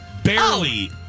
Barely